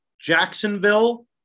Jacksonville